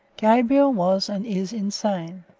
gabriel was and is insane.